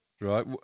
Right